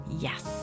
Yes